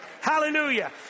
Hallelujah